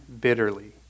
bitterly